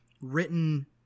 written